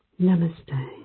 Namaste